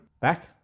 back